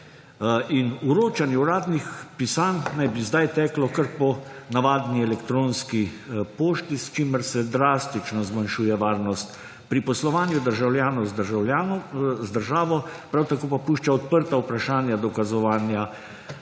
in vročanje uradnih pisanj naj bi zdaj teklo kar po navadni elektronski pošti, s čimer se drastično zmanjšuje varnost pri poslovanju državljanov z državo, prav tako pa pušča odprta vprašanja dokazovanja